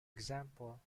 example